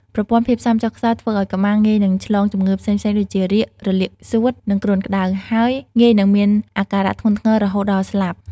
ប្រព័ន្ធភាពស៊ាំចុះខ្សោយ ធ្វើឱ្យកុមារងាយនឹងឆ្លងជំងឺផ្សេងៗដូចជា រាគ រលាកសួត និងគ្រុនក្តៅ ហើយងាយនឹងមានអាការៈធ្ងន់ធ្ងររហូតដល់ស្លាប់។